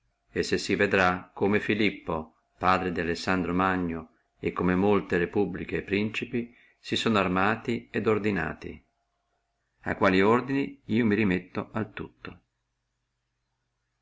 e se si vedrà come filippo padre di alessandro magno e come molte repubbliche e principi si sono armati et ordinati a quali ordini io al tutto